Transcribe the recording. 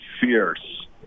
fierce